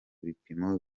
bipimo